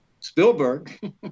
Spielberg